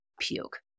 Puke